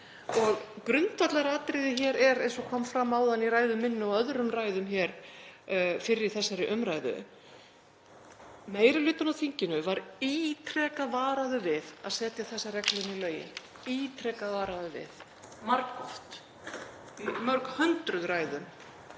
Grundvallaratriðið er, eins og kom fram áðan í ræðu minni og öðrum ræðum hér fyrr í þessari umræðu: Meiri hlutinn á þinginu var ítrekað varaður við að setja þessar reglur í lögin, ítrekað varaður við, margoft, í mörg hundruð ræðum.